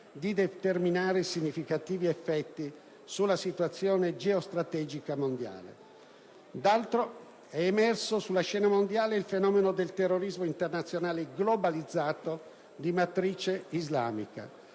di determinare significativi effetti sulla situazione geostrategica mondiale. Dall'altro, è emerso sulla scena mondiale il fenomeno del terrorismo internazionale globalizzato di matrice islamica,